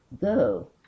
Go